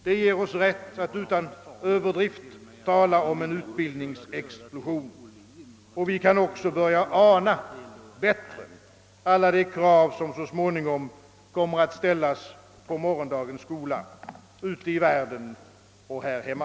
Det ger oss rätt att utan överdrift tala om en utbildningsexplosion, och vi kan också börja ana alla de krav som så småningom kommer att ställas på morgondagens skola, ute i världen och här hemma.